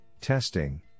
testing